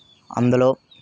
అందులో